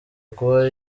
kuba